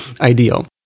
ideal